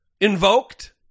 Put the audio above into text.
invoked